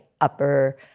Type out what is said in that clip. upper